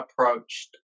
approached